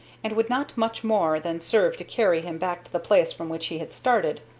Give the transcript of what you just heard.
and would not much more than serve to carry him back to the place from which he had started.